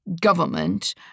government